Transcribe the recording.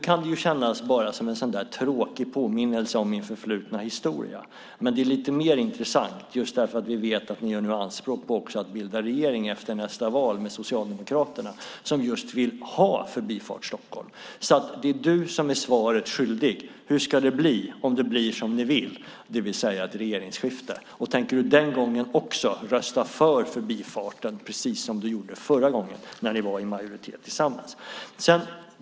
Nu kan det kännas bara som en tråkig påminnelse om en förfluten historia, men det är lite mer intressant just därför att vi vet att ni nu gör anspråk på att efter nästa val bilda regering med Socialdemokraterna, som just vill ha Förbifart Stockholm. Det är du som är svaret skyldig: Hur ska det bli om det blir som ni vill, det vill säga ett regeringsskifte? Tänker du också då rösta för förbifarten precis som du gjorde förra gången när ni var i majoritet tillsammans?